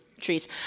trees